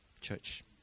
church